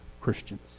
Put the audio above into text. Christians